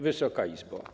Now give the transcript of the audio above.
Wysoka Izbo!